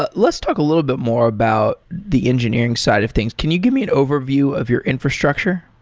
but let's talk a little bit more about the engineering side of things. can you give me an overview of your infrastructure?